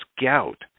Gout